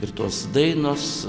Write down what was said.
ir tos dainos